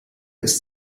ist